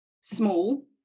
small